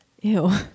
Ew